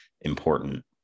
important